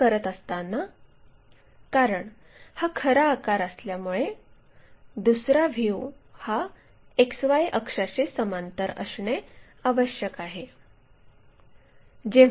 आपण ते करत असताना कारण हा खरा आकार असल्यामुळे दुसरा व्ह्यू हा XY अक्षाशी समांतर असणे आवश्यक आहे